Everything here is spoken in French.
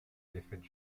défaite